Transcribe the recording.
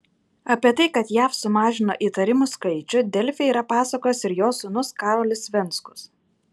apie tai kad jav sumažino įtarimų skaičių delfi yra pasakojęs ir jos sūnus karolis venckus